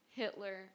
Hitler